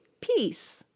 Peace